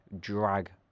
drag